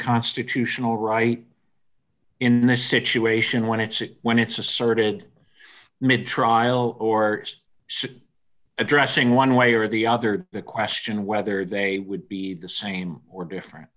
constitutional right in this situation when it's it when it's asserted mid trial or addressing one way or the other the question whether they would be the same or different